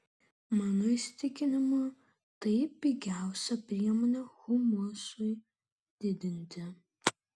mano įsitikinimu tai pigiausia priemonė humusui didinti